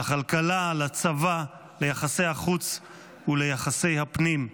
לכלכלה, לצבא, ליחסי החוץ וליחסי הפנים.